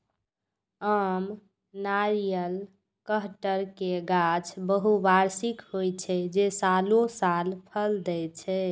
आम, नारियल, कहटर के गाछ बहुवार्षिक होइ छै, जे सालों साल फल दै छै